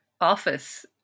office